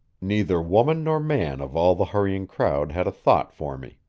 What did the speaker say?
neither woman nor man of all the hurrying crowd had a thought for me.